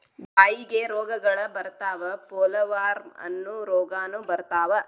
ಬಾಯಿಗೆ ರೋಗಗಳ ಬರತಾವ ಪೋಲವಾರ್ಮ ಅನ್ನು ರೋಗಾನು ಬರತಾವ